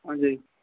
आं जी